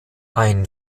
ein